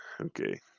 Okay